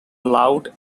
loud